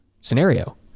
scenario